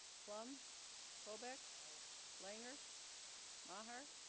clumb colbeck langer maher